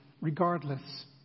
regardless